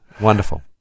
wonderful